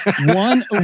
one